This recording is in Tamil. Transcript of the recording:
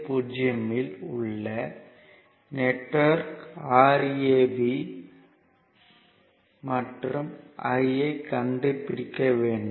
50 இல் உள்ள நெட்வொர்க்க்கு Rab மற்றும் I ஐ கண்டுபிடிக்க வேண்டும்